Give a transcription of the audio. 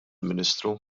ministru